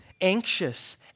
anxious